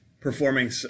performing